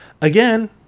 again